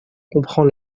comprend